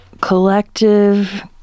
collective